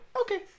Okay